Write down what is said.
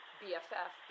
bff